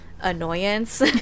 annoyance